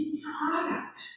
product